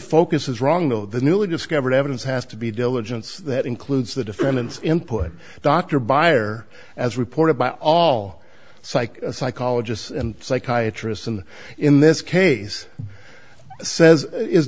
focus is wrong though the newly discovered evidence has to be diligence that includes the defendant's input dr byer as reported by all psych psychologists and psychiatrists and in this case says is